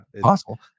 possible